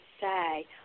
say